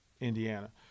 Indiana